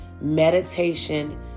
meditation